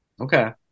Okay